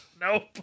Nope